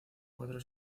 cuatro